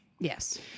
Yes